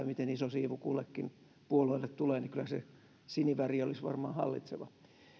miten iso siivu kullekin puolueelle tulee niin kyllä se siniväri olisi varmaan hallitseva